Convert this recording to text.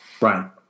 Right